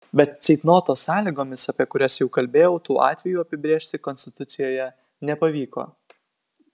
bet ceitnoto sąlygomis apie kurias jau kalbėjau tų atvejų apibrėžti konstitucijoje nepavyko